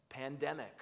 pandemics